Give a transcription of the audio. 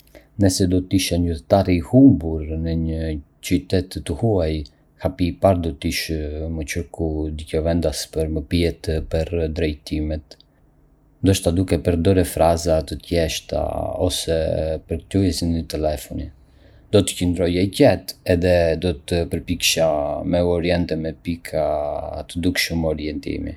Nëse do të isha një udhëtar i humbur në një qytet të huaj, hapi i parë do të ishte me kërku dikë vendas për me pyet për drejtimet, ndoshta duke përdorë fraza të thjeshta ose përkthyesin në telefon. Do të qëndroja i qetë edhe do të përpiqesha me u orientue me pika të dukshme orientimi.